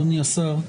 אדוני השר,